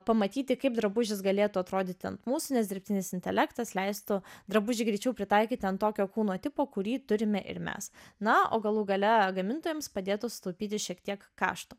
pamatyti kaip drabužis galėtų atrodyti ant mūsų nes dirbtinis intelektas leistų drabužį greičiau pritaikyti ant tokio kūno tipo kurį turime ir mes na o galų gale gamintojams padėtų sutaupyti šiek tiek kašto